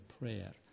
prayer